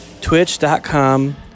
twitch.com